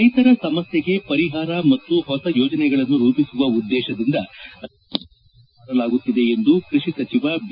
ರೈತರ ಸಮಸ್ಥೆಗೆ ಪರಿಹಾರ ಮತ್ತು ಹೊಸ ಯೋಜನೆಗಳನ್ನು ರೂಪಿಸುವ ಉದ್ದೇಶದಿಂದ ರೈತ ವಾಸ್ತವ್ದ ಮಾಡಲಾಗುತ್ತಿದೆ ಎಂದು ಕೃಷಿ ಸಚಿವ ಬಿ